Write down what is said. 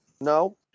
No